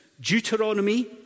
Deuteronomy